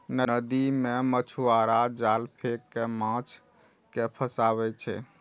नदी मे मछुआरा जाल फेंक कें माछ कें फंसाबै छै